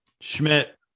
Schmidt